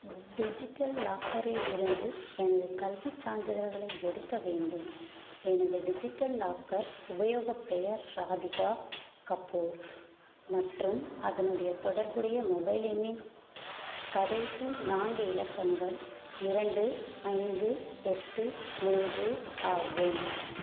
digital லாக்கரில் இருந்து எனது கல்விச்சான்றிதழ்களை எடுக்க வேண்டும் எனது டிஜிட்டல் லாக்கர் உபயோகப்பெயர் ராதிகா கபூர் மற்றும் அதனுடைய தொடர்புடைய மொபைல் எண்ணின் கடைசி நான்கு இலக்கங்கள் இரண்டு ஐந்து எட்டு மூன்று ஆகும்